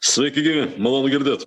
sveiki gyvi malonu girdėt